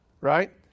right